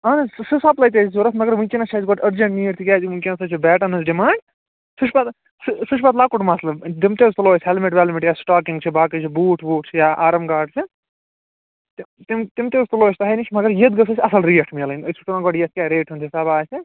اَہَن حظ سُہ چھِ سَپلٕے تیٚلہِ ضروٗرت مگر وُنکٮ۪نَس چھِ اَسہِ گۄڈٕ أرجَنٛٹ نیٖڈ تِکیٛازِ ؤنکٮ۪نَس حظ چھِ بیٹَن ہٕنٛز ڈِیمانڈ سُہ چھُ پَتہٕ سُہ چھُ پَتہٕ لۅکُٹ مَسلہٕ تِم حظ تُلَو أسۍ ہیلمیٹ ویلمیٹ یا سِٹاکِنٛگ چھِ باقٕے بوٗٹھ ووٗٹھ چھِ یا آرٕم گارڈ چھِ تِم تِم تہِ حظ تُلو أسۍ تۄہہِ نِش مگر ییٚتھۍ گٔژھ اَسہِ اَصٕل ریٹ میلٕنۍ أسۍ وُچھَو گۄڈٕ یَتھ کیٛاہ ریٹہِ ہُنٛد حِساب آسہِ